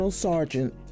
Sergeant